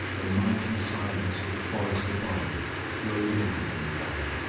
the mighty silence of the forest above flowed in on the valley,